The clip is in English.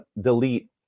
delete